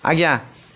ଆଜ୍ଞା